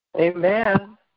Amen